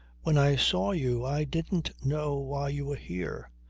when i saw you i didn't know why you were here.